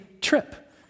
trip